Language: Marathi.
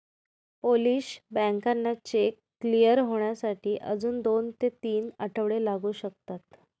पोलिश बँकांना चेक क्लिअर होण्यासाठी अजून दोन ते तीन आठवडे लागू शकतात